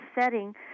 setting